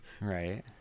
Right